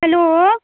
hello